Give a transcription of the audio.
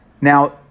Now